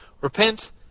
Repent